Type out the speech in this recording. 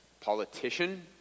politician